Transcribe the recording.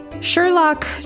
Sherlock